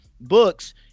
Books